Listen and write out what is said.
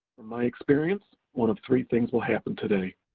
my experience, one of three things will happen today.